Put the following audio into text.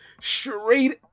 straight